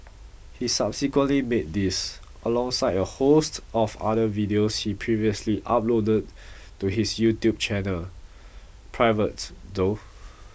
he subsequently made these alongside a host of other videos he previously uploaded to his YouTube channel private though